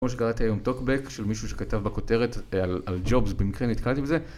כמו שקראתי היום טוקבק של מישהו שכתב בכותרת על ג'ובס, במקרה נתקלתי בזה.